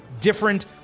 different